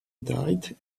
died